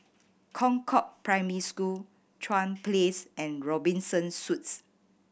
Concord Primary School Chuan Place and Robinson Suites